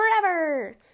forever